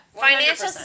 Financial